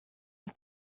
und